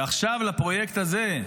ועכשיו לפרויקט הזה,